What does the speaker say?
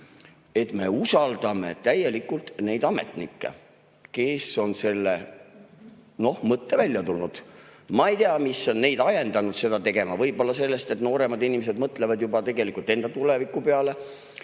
et me usaldame täielikult neid ametnikke, kes on selle mõttega välja tulnud. Ma ei tea, mis on ajendanud neid seda tegema. Võib-olla see, et nooremad inimesed mõtlevad tegelikult enda tuleviku peale.